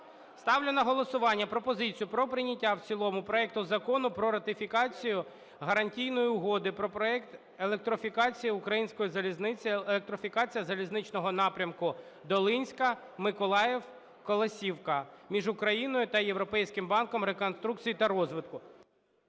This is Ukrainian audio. Ставлю на голосування пропозицію про прийняття в цілому проекту Закону про ратифікацію Гарантійної Угоди (про проект електрофікації української залізниці "Електрофікація залізничного напрямку Долинська – Миколаїв –Колосівка") між Україною та Європейським банком реконструкції та розвитку